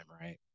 Right